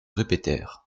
répétèrent